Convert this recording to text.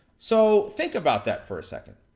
so, think about that for a second.